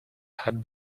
had